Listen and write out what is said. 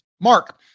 Mark